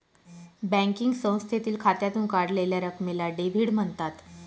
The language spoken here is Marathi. बँकिंग संस्थेतील खात्यातून काढलेल्या रकमेला डेव्हिड म्हणतात